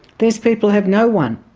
these people have no one.